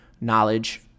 knowledge